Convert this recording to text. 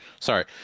Sorry